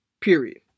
Period